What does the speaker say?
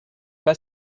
pas